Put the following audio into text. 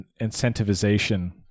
incentivization